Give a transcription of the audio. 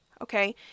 Okay